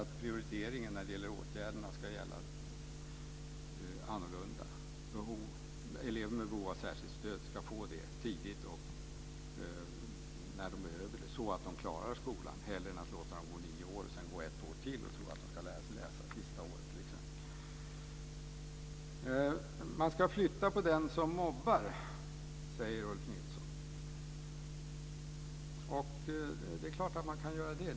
Men prioriteringen för åtgärderna ska vara annorlunda. Elever med behov av särskilt stöd ska få det tidigt och när de behöver det så att de klarar skolan, hellre än att låta dem gå nio år och sedan gå ett år till och tro att de ska lära sig att läsa sista året. Man ska flytta på den som mobbar, säger Ulf Nilsson. Det är klart att man kan göra det.